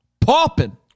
popping